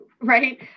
right